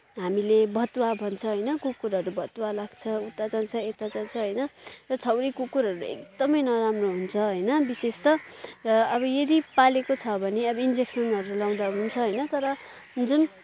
हामीले भतुवा भन्छ होइन कुकुरहरू भतुवा लाग्छ उता जान्छ यता जान्छ होइन र छाउरी कुकुरहरू एकदमै नराम्रो हुन्छ होइन विशेषत र अब यदि पालेको छ भने अब इन्जेकसनहरू लगाउँदा हुन्छ होइन तर जुन